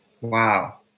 Wow